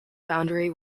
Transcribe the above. boundary